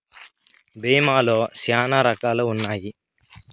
భీమా లో శ్యానా రకాలు ఉన్నాయి